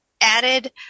added